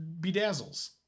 bedazzles